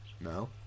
No